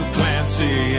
Clancy